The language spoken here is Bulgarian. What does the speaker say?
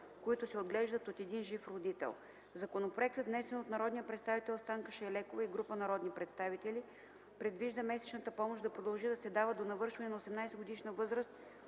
които се отглеждат от един жив родител. Законопроектът, внесен от народния представител Станка Шайлекова и група народни представители, предвижда месечната помощ да продължи да се дава до навършване на 18-годишна възраст